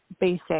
basic